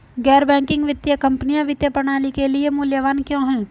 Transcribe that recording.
गैर बैंकिंग वित्तीय कंपनियाँ वित्तीय प्रणाली के लिए मूल्यवान क्यों हैं?